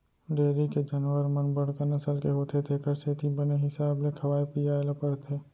dairy के जानवर मन बड़का नसल के होथे तेकर सेती बने हिसाब ले खवाए पियाय ल परथे